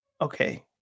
okay